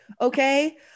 Okay